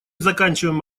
заканчиваем